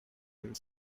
and